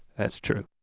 that's true.